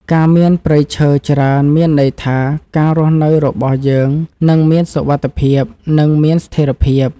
ការមានព្រៃឈើច្រើនមានន័យថាការរស់នៅរបស់យើងនឹងមានសុវត្ថិភាព និងមានស្ថិរភាព។